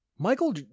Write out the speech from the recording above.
Michael